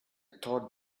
thought